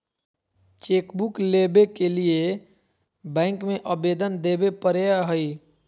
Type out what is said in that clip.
chequebook लेबे के लिए बैंक में अबेदन देबे परेय हइ